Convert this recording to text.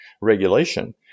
regulation